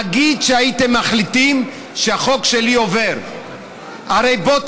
נגיד שהייתם מחליטים שהחוק שלי עובר בואו,